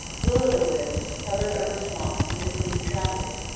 will-o'-the-wisps hovered over swamps to mislead travellers,